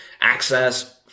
access